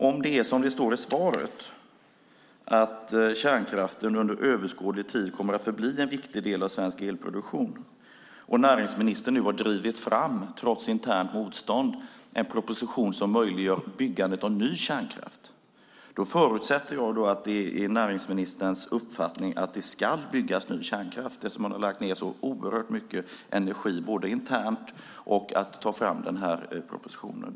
Om det är som det står i svaret, att kärnkraften under överskådlig tid kommer att förbli en viktig del av svensk elproduktion, och näringsministern nu, trots internt motstånd, har drivit fram en proposition som möjliggör byggande av ny kärnkraft förutsätter jag att det är näringsministerns uppfattning att det skall byggas ny kärnkraft eftersom hon har lagt ned oerhört mycket energi på detta internt och för att ta fram den här propositionen.